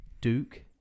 Duke